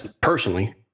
personally